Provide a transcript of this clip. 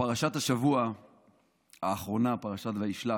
בפרשת השבוע האחרונה, פרשת וישלח,